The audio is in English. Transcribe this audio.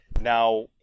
Now